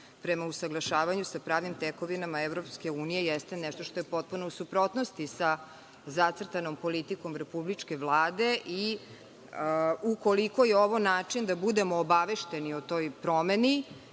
prema usaglašavanju sa pravnim tekovinama EU jeste nešto što je u potpunoj suprotnosti sa zacrtanom politikom Republičke vlade i ukoliko je ovo način da budemo obavešteni o toj promeni,